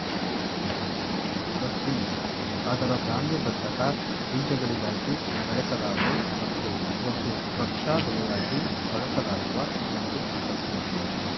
buckwheat ಅದರ ಧಾನ್ಯದಂತಹ ಬೀಜಗಳಿಗಾಗಿ ಬೆಳೆಸಲಾಗೊ ಮತ್ತು ಒಂದು ರಕ್ಷಾ ಬೆಳೆಯಾಗಿ ಬಳಸಲಾಗುವ ಒಂದು ಸಸ್ಯ